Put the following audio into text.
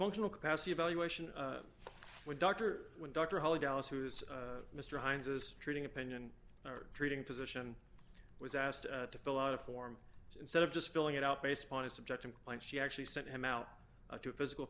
functional capacity evaluation when dr when dr holly dallas who's mr hines is treating opinion or treating physician was asked to fill out a form instead of just filling it out based on a subject implant she actually sent him out to a physical